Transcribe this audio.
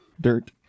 dirt